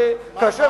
שכאשר,